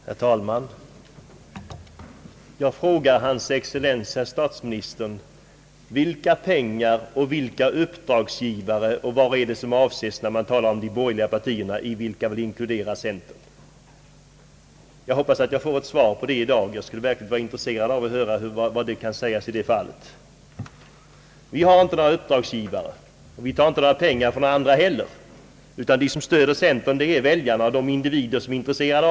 Herr talman! Jag frågar hans excellens herr statsministern: Vilka pengar och vilka uppdragsgivare är det som avses när man talar om de borgerliga partierna, i vilka väl inkluderas centern? Jag hoppas att jag får ett svar i dag. Jag skulle verkligen vara intresserad av att höra vad som kan sägas i det fallet. Vi har inte några uppdragsgivare och tar inte heller pengar från andra, utan de som stöder centern är väljarna och de individer som är intresserade.